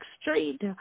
Street